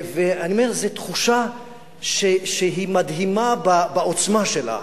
אני אומר, זו תחושה שהיא מדהימה בעוצמה שלה.